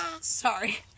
Sorry